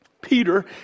Peter